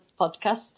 podcast